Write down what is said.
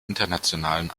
internationalen